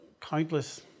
countless